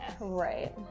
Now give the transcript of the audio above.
Right